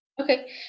Okay